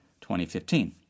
2015